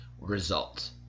results